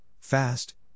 fast